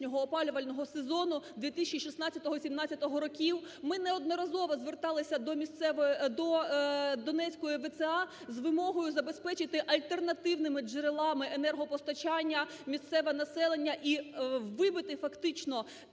Донецької ВЦА з вимогою забезпечити альтернативними джерелами енергопостачання місцеве населення і вибити фактично цей крок